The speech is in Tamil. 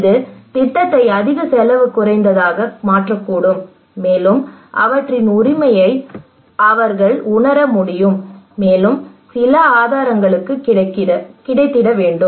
இது திட்டத்தை அதிக செலவு குறைந்ததாக மாற்றக்கூடும் மேலும் அவற்றின் உரிமையை அவர்கள் உணர முடியும் மேலும் சில ஆதாரங்களும் கிடைக்க வேண்டும்